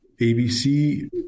ABC